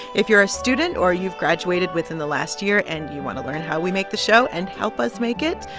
if you're a student or you've graduated within the last year and you want to learn how we make the show and help us make it,